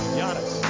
Giannis